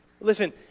Listen